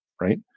Right